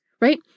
right